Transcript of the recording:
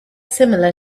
similar